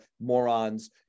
morons